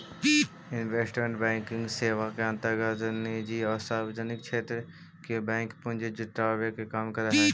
investment banking सेवा के अंतर्गत निजी आउ सार्वजनिक क्षेत्र के बैंक पूंजी जुटावे के काम करऽ हइ